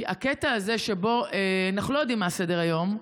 הקטע הזה שבו אנחנו לא יודעים מה סדר-היום,